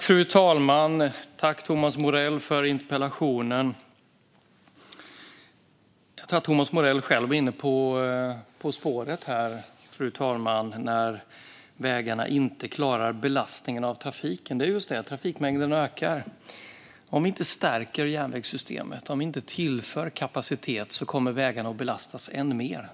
Fru talman! Jag tackar Thomas Morell för interpellationen. Jag tror att Thomas Morell själv var inne på spåret, fru talman. Han talade om vad som händer när vägarna inte klarar belastningen från trafiken. Det är just det - trafikmängderna ökar. Om vi inte stärker järnvägssystemet och tillför kapacitet kommer vägarna att belastas än mer.